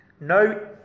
No